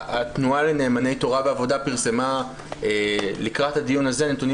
התנועה לנאמני תורה ועבודה פרסמה לקראת הדיון הזה נתונים